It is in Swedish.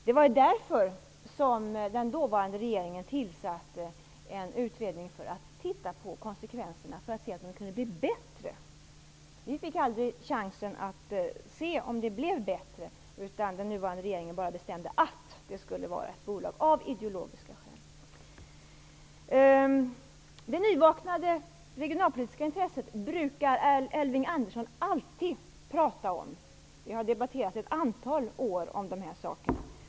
Det var för att titta på konsekvenserna och se om Posten kunde bli bättre som den dåvarande regeringen tillsatte en utredning. Vi fick aldrig chansen att se om det blev bättre. Den nuvarande regeringen bestämde att Posten skulle vara bolag av ideologiska skäl. Elving Andersson brukar alltid prata om det nyvaknade regionalpolitiska intresset. Vi har debatterat dessa saker i ett antal år.